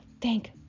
thank